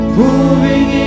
moving